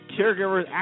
caregivers